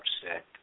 upset